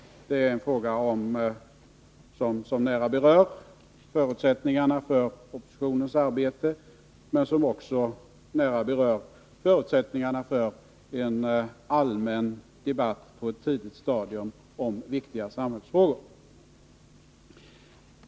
Det är en fråga som nära berör förutsättningarna för riksdagsarbetet, men som också nära berör förutsättningarna för en allmän debatt på ett tidigt stadium om viktiga samhällsfrågor.